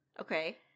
okay